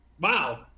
Wow